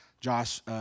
Josh